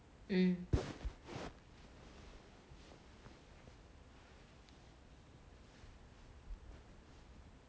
mm